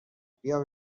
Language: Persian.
بیا